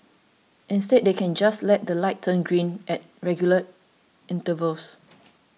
instead they can just let the lights turn green at regular intervals